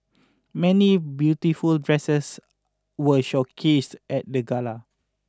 many beautiful dresses were showcased at the gala